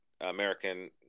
American